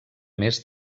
més